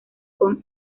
con